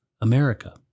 America